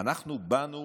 אנחנו באנו